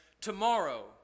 tomorrow